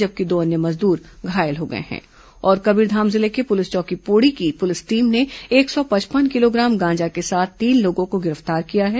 जबकि दो अन्य मजदूर घायल हो गए में और कबीरधाम जिले के पुलिस चौकी पोड़ी की पुलिस टीम ने एक सौ पचपन किलोग्राम गांजा के साथ तीन लोगों को गिरफ्तार किया है